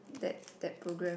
that that programme